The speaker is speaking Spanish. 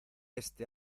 esta